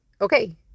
okay